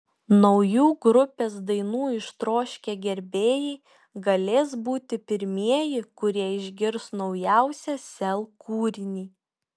naujų grupės dainų ištroškę gerbėjai galės būti pirmieji kurie išgirs naujausią sel kūrinį